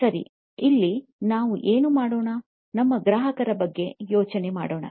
ಸರಿ ಇಲ್ಲಿ ನಾವು ಏನು ಮಾಡೋಣ ನಮ್ಮ ಗ್ರಾಹಕರ ಬಗ್ಗೆ ಯೋಚನೆ ಮಾಡೋಣ